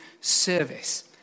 service